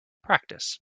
practice